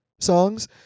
songs